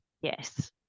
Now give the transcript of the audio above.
Yes